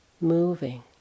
moving